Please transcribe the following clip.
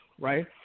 right